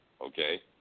okay